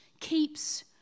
keeps